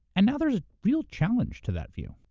and now there's real challenge to that view,